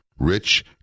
Rich